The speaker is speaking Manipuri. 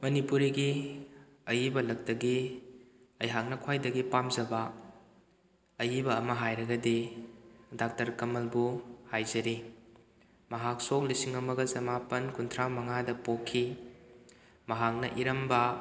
ꯃꯅꯤꯄꯨꯔꯤꯒꯤ ꯑꯏꯕ ꯂꯛꯇꯒꯤ ꯑꯩꯍꯥꯛꯅ ꯈ꯭ꯋꯥꯏꯗꯒꯤ ꯄꯥꯝꯖꯕ ꯑꯏꯕ ꯑꯃ ꯍꯥꯏꯔꯒꯗꯤ ꯗꯥꯛꯇꯔ ꯀꯃꯜꯕꯨ ꯍꯥꯏꯖꯔꯤ ꯃꯍꯥꯛ ꯁꯣꯛ ꯂꯤꯁꯤꯡ ꯑꯃꯒ ꯆꯃꯥꯄꯟ ꯀꯨꯟꯊ꯭ꯔꯥ ꯃꯉꯥꯗ ꯄꯣꯛꯈꯤ ꯃꯍꯥꯛꯅ ꯏꯔꯝꯕ